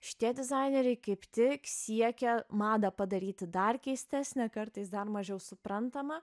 šitie dizaineriai kaip tik siekia madą padaryti dar keistesne kartais dar mažiau suprantama